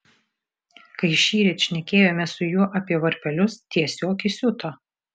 kai šįryt šnekėjomės su juo apie varpelius tiesiog įsiuto